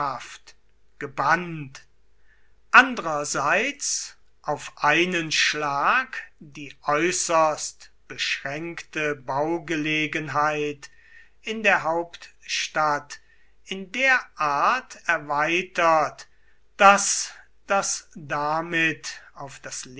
gebannt andrerseits auf einen schlag die äußerst beschränkte baugelegenheit in der hauptstadt in der art erweitert daß das damit auf das